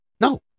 No